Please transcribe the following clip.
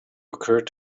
occured